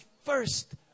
first